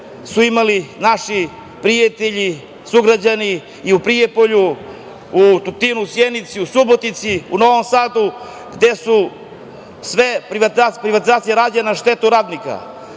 su imali naši prijatelji i sugrađani i u Prijepolju, u Tutinu, Sjenici, Subotici, Novom Sadu, gde su sve privatizacije rađene na štetu radnika. Posle